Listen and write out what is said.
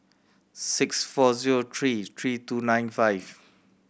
six four zero three three two nine five